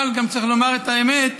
אבל גם צריך לומר את האמת: